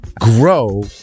grow